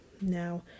now